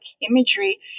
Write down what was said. imagery